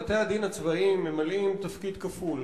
בתי-הדין הצבאיים ממלאים תפקיד כפול,